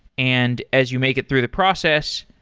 and as you make it through the process,